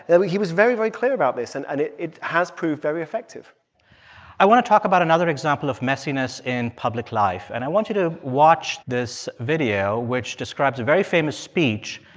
and but he was very, very clear about this. and and it it has proved very effective i want to talk about another example of messiness in public life. and i want you to watch this video, which describes a very famous speech,